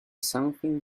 something